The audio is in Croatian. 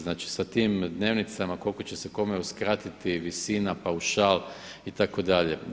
Znači sa tim dnevnicama koliko će se kome uskratiti visina, paušal itd.